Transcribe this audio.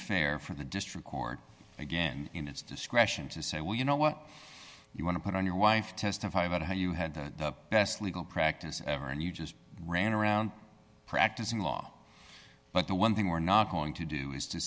fair for the district court again in its discretion to say well you know what you want to put on your wife testify about how you had the best legal practice ever and you just ran around practicing law but the one thing we're not going to do is to